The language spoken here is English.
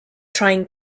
trying